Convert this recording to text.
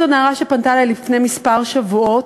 זאת נערה שפנתה אלי לפני כמה שבועות,